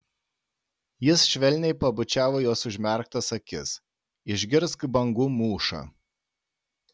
jis švelniai pabučiavo jos užmerktas akis išgirsk bangų mūšą